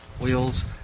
wheels